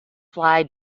fly